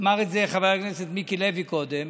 אמר את זה חבר הכנסת מיקי לוי קודם,